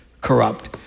corrupt